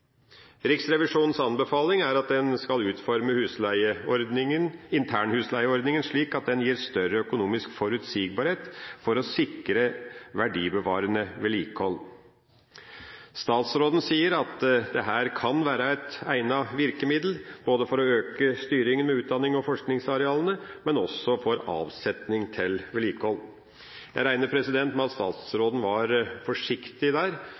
Riksrevisjonens anbefaling er at en skal utforme internhusleieordninga slik at den gir større økonomisk forutsigbarhet for å sikre verdibevarende vedlikehold. Statsråden sier at dette kan være et egnet virkemiddel for å øke styringa med utdannings- og forskningsarealene, men også for avsetning til vedlikehold. Jeg regner med at statsråden var forsiktig der.